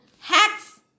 hacks